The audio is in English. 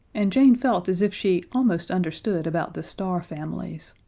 and jane felt as if she almost understood about the star families.